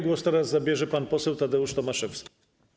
Głos teraz zabierze pan poseł Tadeusz Tomaszewski.